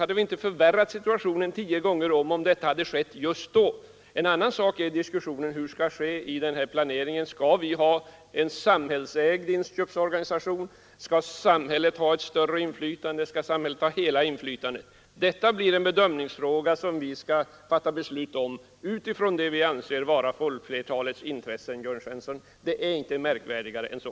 Hade vi inte förvärrat situationen tio gånger om, därest en nationalisering hade kommit till stånd just då? En annan sak är diskussionen om hur den här planeringen skall se ut. Skall vi ha en samhällsägd inköpsorganisation? Skall samhället ha större inflytande? Eller skall samhället ha hela inflytandet? Detta blir en bedömningsfråga, som vi skall fatta beslut om utifrån vad vi anser vara i folkflertalets intresse, Jörn Svensson; det är inte märkvärdigare än så!